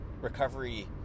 recovery